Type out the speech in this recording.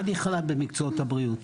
מה נכלל במקצועות הבריאות?